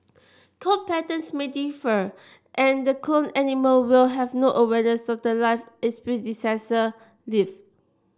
coat patterns may differ and the cloned animal will have no the life its predecessor lived